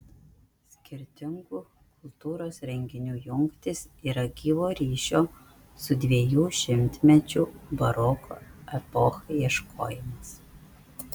skirtingų kultūros renginių jungtys yra gyvo ryšio su dviejų šimtmečių baroko epocha ieškojimas